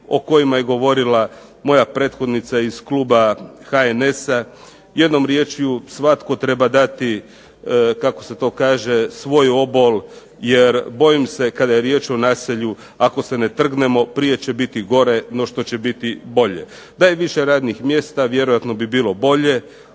o kojima je govorila moja prethodnica iz kluba HNS-a, jednom riječju svatko treba rati kako se to kaže svoj obol jer bojim se kada je riječ o nasilju, ako se ne trgnemo prije će biti gore no što će biti bolje. Da je više radnih mjesta vjerojatno bi bilo bolje,